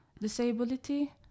Disability